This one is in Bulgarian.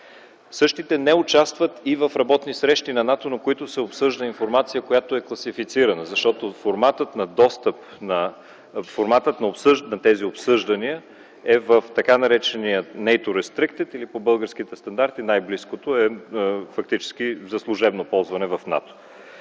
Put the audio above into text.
Същите не участват и в работни срещи на НАТО, на които се обсъжда информация, която е класифицирана, защото форматът на тези обсъждания е в така наречения nаto restricted или по българските стандарти най-близкото е - за служебно ползване в НАТО.